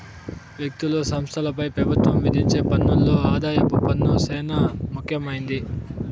వ్యక్తులు, సంస్థలపై పెబుత్వం విధించే పన్నుల్లో ఆదాయపు పన్ను సేనా ముఖ్యమైంది